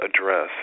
address